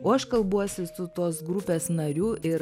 o aš kalbuosi su tos grupės nariu ir